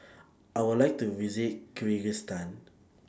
I Would like to visit Kyrgyzstan